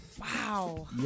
Wow